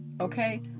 Okay